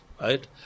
right